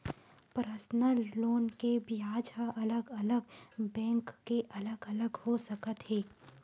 personal loan के बियाज ह अलग अलग बैंक के अलग अलग हो सकत हे